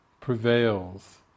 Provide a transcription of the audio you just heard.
prevails